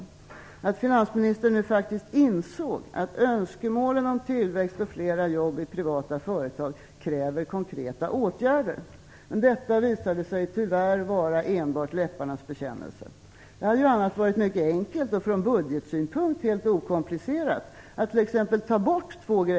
Jag trodde att finansministern nu faktiskt insåg att önskemålen om tillväxt och fler jobb i privata företag kräver konkreta åtgärder. Detta visade sig tyvärr vara enbart en läpparnas bekännelse. Det hade ju annars varit mycket enkelt, och från budgetsynpunkt helt okomplicerat, att t.ex. ta bort två saker.